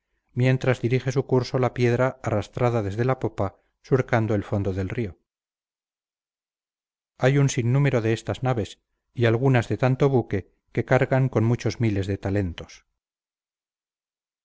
mientras dirige su curso la piedra arrastrada desde la popa surcando el fondo del río hay un sinnúmero de estas naves y algunas de tanto buque que cargan con muchos miles de talentos